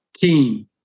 team